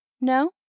No